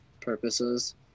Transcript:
purposes